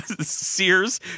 Sears